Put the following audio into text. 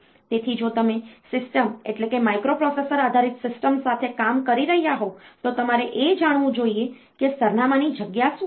તેથી જો તમે સિસ્ટમ એટલે કે માઇક્રોપ્રોસેસર આધારિત સિસ્ટમ સાથે કામ કરી રહ્યાં હોવ તો તમારે એ જાણવું જોઈએ કે સરનામાંની જગ્યા શું છે